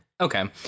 Okay